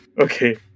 okay